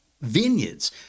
vineyards